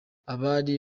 abari